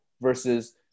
versus